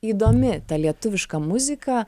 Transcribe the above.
įdomi ta lietuviška muzika